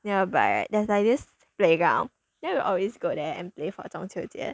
nearby right there's like this playground that we always go there and play for 中秋节